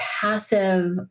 passive